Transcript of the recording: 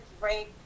great